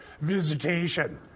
visitation